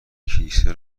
کیسه